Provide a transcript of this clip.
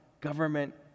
government